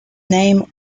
name